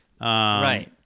Right